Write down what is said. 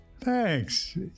Thanks